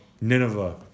Nineveh